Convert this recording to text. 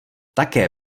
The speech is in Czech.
také